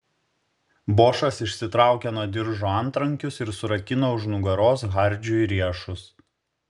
bošas išsitraukė nuo diržo antrankius ir surakino už nugaros hardžiui riešus